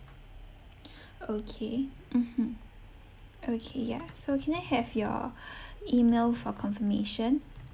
okay mmhmm okay ya so can I have your email for confirmation